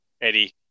Eddie